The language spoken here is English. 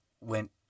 went